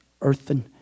earthen